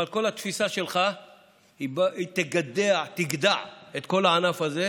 אבל כל התפיסה שלך תגדע את כל הענף הזה,